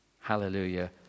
Hallelujah